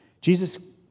Jesus